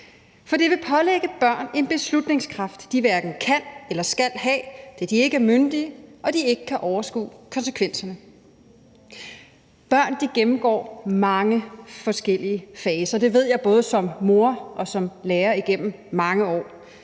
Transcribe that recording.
For det vil pålægge børn en beslutningskraft, de hverken kan eller skal have, da de ikke er myndige og de ikke kan overskue konsekvenserne. Børn gennemgår mange forskellige faser. Det ved jeg både som mor og som lærer igennem mange år.